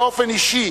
באופן אישי,